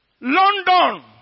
London